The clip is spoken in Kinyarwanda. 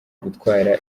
gutwara